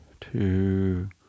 two